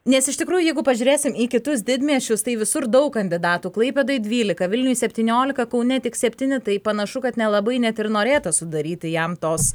nes iš tikrųjų jeigu pažiūrėsim į kitus didmiesčius tai visur daug kandidatų klaipėdoje dvylika vilniuje septyniolika kaune tik septyni tai panašu kad nelabai net ir norėta sudaryti jam tos